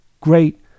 great